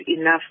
enough